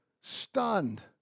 stunned